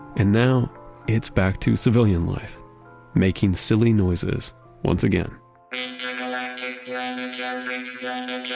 and now it's back to civilian life making silly noises once again yeah yeah